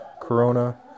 Corona